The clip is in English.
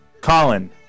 Colin